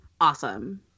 awesome